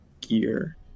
gear